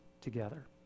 together